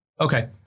Okay